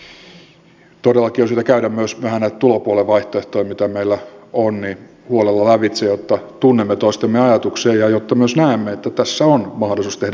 todellakin on syytä käydä huolella lävitse myös vähän näitä tulopuolen vaihtoehtoja mitä meillä on jotta tunnemme toistemme ajatuksia ja jotta myös näemme että tässä on mahdollisuus tehdä erilaisia valintoja